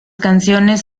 canciones